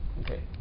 Okay